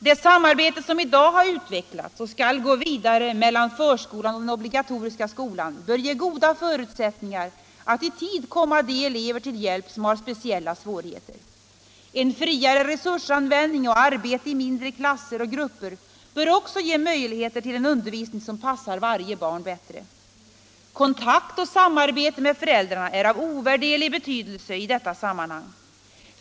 Det samarbete som i dag har utvecklats — och skall föras vidare — mellan förskolan och den obligatoriska skolan bör ge goda förutsättningar att i tid kunna komma de elever till hjälp som har speciella svårigheter. En friare resursanvändning och arbete i mindre klasser och grupper ger också möjligheter till en undervisning som passar varje barn bättre. Kontakt och samarbete med föräldrarna är av ovärderlig betydelse i detta sammanhang.